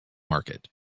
market